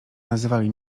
nazywali